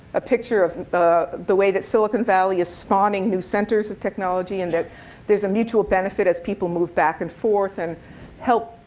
a picture of the the way that silicon valley is spawning new centers of technology and that there's a mutual benefit as people move back and forth and